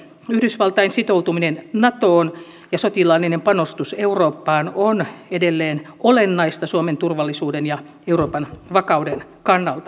yhdysvaltain sitoutuminen natoon ja sotilaallinen panostus eurooppaan on edelleen olennaista suomen turvallisuuden ja euroopan vakauden kannalta